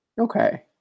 Okay